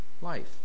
life